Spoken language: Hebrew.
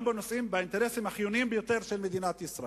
גם באינטרסים החיוניים ביותר של מדינת ישראל.